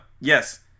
yes